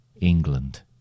England